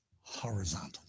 horizontal